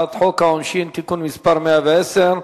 הצעת חוק העונשין (תיקון מס' 110)